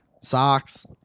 socks